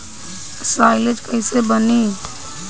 Silage कईसे बनी?